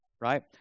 Right